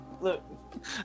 Look